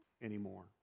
anymore